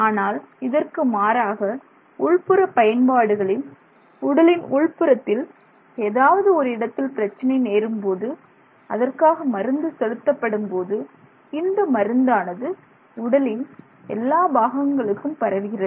ஆனால் இதற்கு மாறாக உள்புற பயன்பாடுகளில் உடலின் உள்புறத்தில் ஏதாவது ஒரு இடத்தில் பிரச்சினை நேரும்போது அதற்காக மருந்து செலுத்தப்படும் போது இந்த மருந்தானது உடலின் எல்லா பாகங்களுக்கும் பரவுகிறது